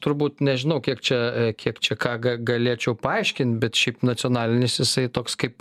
turbūt nežinau kiek čia kiek čia ką ga galėčiau paaiškin bet nacionalinis jisai toks kaip